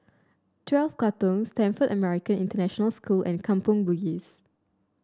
Twelve Katong Stamford American International School and Kampong Bugis